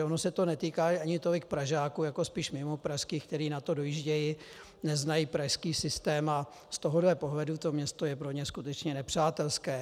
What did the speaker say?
Ono se to netýká ani tolik Pražáků jako spíš mimopražských, kteří na to dojíždějí, neznají pražský systém a z tohohle pohledu to město je pro ně skutečně nepřátelské.